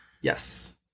Yes